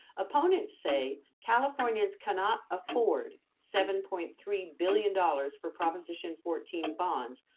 opponents say california is cannot afford seven point three billion dollars for proposition fourteen bonds,